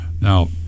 Now